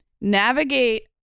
navigate